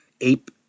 Ape